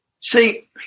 See